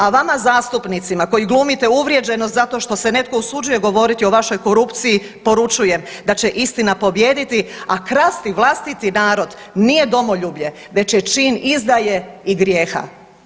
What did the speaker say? A vama zastupnicima koji glumite uvrijeđenost zato što se netko usuđuje govoriti o vašoj korupciji poručujem da će istina pobijediti, a krasti vlastiti narod nije domoljublje već je čin izdaje i grijeha.